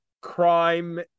crime